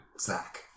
Zach